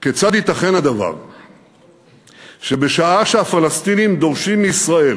כיצד ייתכן הדבר שבשעה שהפלסטינים דורשים מישראל